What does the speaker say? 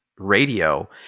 Radio